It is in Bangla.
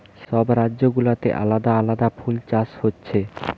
সব রাজ্য গুলাতে আলাদা আলাদা ফুল চাষ হচ্ছে